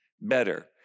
better